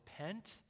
repent